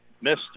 Missed